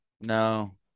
No